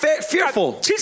fearful